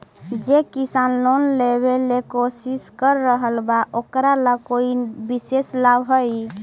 जे किसान लोन लेवे के कोशिश कर रहल बा ओकरा ला कोई विशेष लाभ हई?